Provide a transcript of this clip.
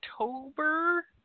October